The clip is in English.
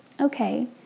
okay